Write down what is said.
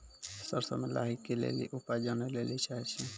सरसों मे लाही के ली उपाय जाने लैली चाहे छी?